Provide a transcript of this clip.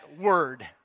word